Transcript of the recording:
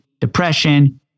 depression